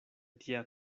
tia